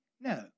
No